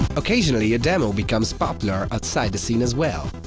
occasionally, a demo becomes popular outside the scene as well.